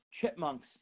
chipmunks